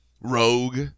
Rogue